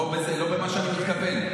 לא במה שאני מתכוון.